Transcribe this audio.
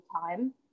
time